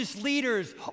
leaders